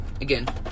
again